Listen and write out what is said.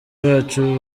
bacu